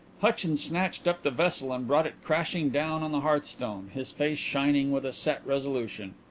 hutchins snatched up the vessel and brought it crashing down on the hearthstone, his face shining with a set resolution.